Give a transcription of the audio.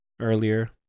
earlier